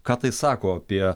ką tai sako apie